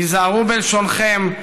היזהרו בלשונכם,